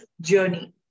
journey